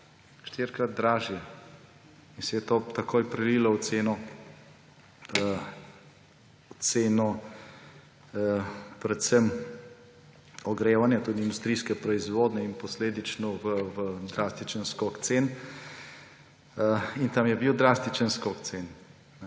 štirikrat dražje. In se je to takoj prelilo v ceno predvsem ogrevanja, tudi industrijske proizvodnje in posledično v drastičen skok cen. In tam je bil drastičen skok cen.